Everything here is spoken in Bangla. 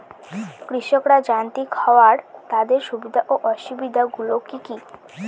কৃষকরা যান্ত্রিক হওয়ার তাদের সুবিধা ও অসুবিধা গুলি কি কি?